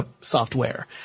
software